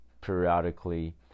periodically